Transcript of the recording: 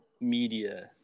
media